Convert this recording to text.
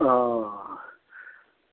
वह